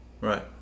Right